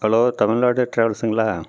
hello Tamil Nadu ட்ராவல்ஸுங்களா